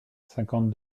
cinquante